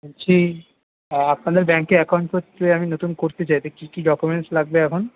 বলছি আ আপনাদের ব্যাংকে অ্যাকাউন্ট করতে আমি নতুন করতে চাই তো কী কী ডকুমেন্টস লাগবে আমার